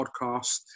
podcast